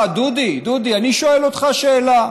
דודי, אני שואל אותך שאלה: